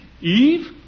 Eve